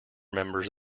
members